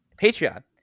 Patreon